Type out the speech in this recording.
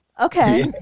okay